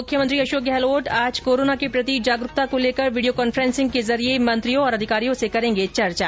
मुख्यमंत्री अशोक गहलोत आज कारोना के प्रति जागरूकता को लेकर वीडियो कांन्फेन्सिंग के जरिए मॅत्री और अधिकारियों से करेंगे चर्चा